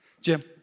Jim